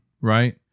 right